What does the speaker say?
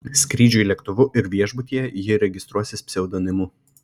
skrydžiui lėktuvu ir viešbutyje ji registruosis pseudonimu